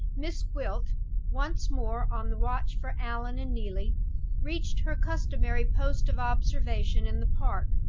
miss gwilt once more on the watch for allan and neelie reached her customary post of observation in the park,